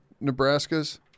Nebraska's